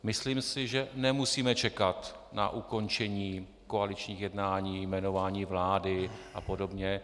Myslím si, že nemusíme čekat na ukončení koaličních jednání, jmenování vlády apod.